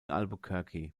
albuquerque